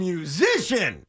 Musician